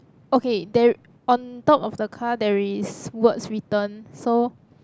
okay there on top of the car there is words written so